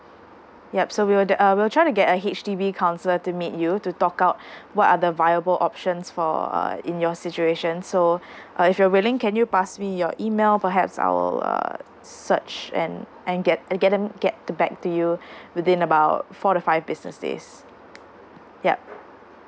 yup so we will that uh we'll try to get a H_D_B counsellor to meet you to talk out what are the viable options for uh in your situation so uh if you're willing can you pass me your email perhaps I will err search and and get get them get back to you within about four to five business days yup